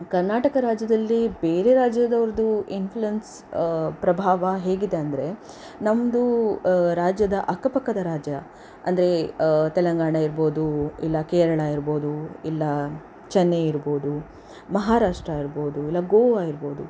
ಕರ್ನಾಟಕ ರಾಜ್ಯದಲ್ಲಿ ಬೇರೆ ರಾಜ್ಯದವ್ರದ್ದು ಇನ್ಪ್ಲುಯೆನ್ಸ್ ಪ್ರಭಾವ ಹೇಗಿದೆ ಅಂದರೆ ನಮ್ಮದು ರಾಜ್ಯದ ಅಕ್ಕಪಕ್ಕದ ರಾಜ್ಯ ಅಂದರೆ ತೆಲಂಗಾಣ ಇರ್ಬೋದು ಇಲ್ಲ ಕೇರಳ ಇರ್ಬೋದು ಇಲ್ಲ ಚೆನ್ನೈ ಇರ್ಬೋದು ಮಹಾರಾಷ್ಟ್ರ ಇರ್ಬೋದು ಇಲ್ಲ ಗೋವಾ ಇರ್ಬೋದು